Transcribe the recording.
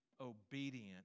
obedient